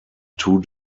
two